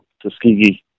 Tuskegee